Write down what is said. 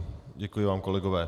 Děkuji vám, kolegové.